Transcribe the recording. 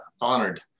honored